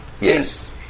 yes